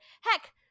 Heck